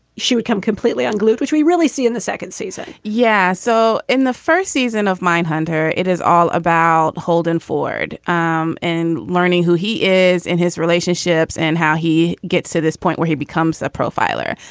she would come completely unglued. which we really see in the second season yeah. so in the first season of mine hunter, it is all about holden, ford um and learning who he is in his relationships and how he gets to this point where he becomes a profiler.